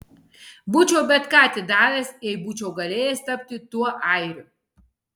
būčiau bet ką atidavęs jei būčiau galėjęs tapti tuo airiu